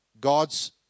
God's